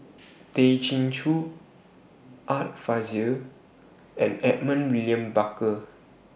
Tay Chin Joo Art Fazil and Edmund William Barker